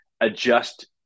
adjust